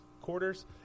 quarters